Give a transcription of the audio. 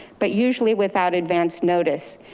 but usually without advanced notice,